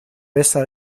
besser